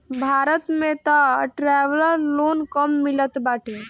भारत में तअ traveller loan कम मिलत बाटे